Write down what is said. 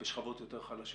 בשכבות חלשות יותר,